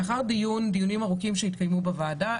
לאחר דיונים ארוכים שהתקיימו בוועדה,